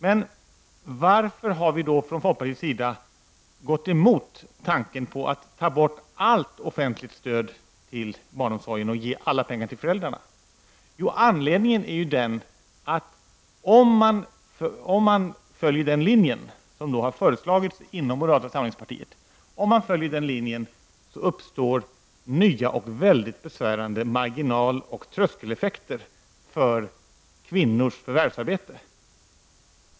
Men varför har vi då från folkpartiets sida gått emot tanken på att ta bort allt offentligt stöd till barnomsorgen och ge alla pengar till föräldrarna? Anledningen härtill är den att om man följer den linje som har föreslagits inom moderata samlingspartiet, uppstår nya och mycket besvärande marginal och tröskeleffekter för kvinnors förvärvsarbete.